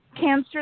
cancer